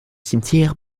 cimetière